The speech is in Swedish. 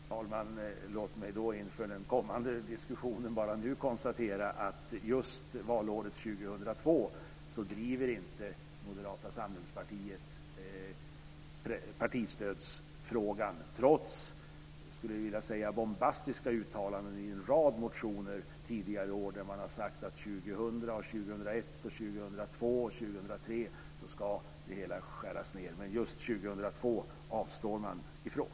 Fru talman! Låt mig då inför den kommande diskussionen bara nu konstatera att just valåret 2002 så driver inte Moderata samlingspartiet partistödsfrågan trots bombastiska - så skulle jag vilja kalla dem - uttalanden i en rad motioner tidigare år där man har sagt att år 2001, 2001, 2002 och 2003 så ska det hela skäras ned. Men just 2002 avstår man ifrån.